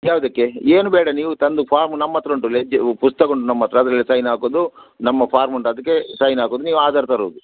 ಯಾವುದಕ್ಕೆ ಏನೂ ಬೇಡ ನೀವು ತಂದು ಫಾರ್ಮ್ ನಮ್ಮ ಹತ್ರ ಉಂಟು ಲೆಜ್ ಪುಸ್ತಕ ಉಂಟು ನಮ್ಮ ಹತ್ರ ಅದರಲ್ಲಿ ಸೈನ್ ಹಾಕೋದು ನಮ್ಮ ಫಾರ್ಮ್ ಉಂಟು ಅದಕ್ಕೆ ಸೈನ್ ಹಾಕೋದು ನೀವು ಆಧಾರ್ ತರೋದು